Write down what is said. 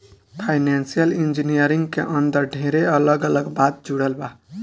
financial engineering के अंदर ढेरे अलग अलग बात जुड़ल बा